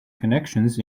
connections